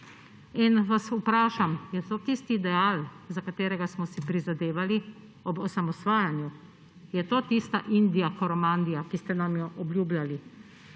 In vas vprašam: ali je to tisti ideal, za katerega smo si prizadevali ob osamosvajanju? Je to tista Indija Koromandija, ki ste nam jo obljubljali?